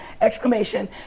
exclamation